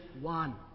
one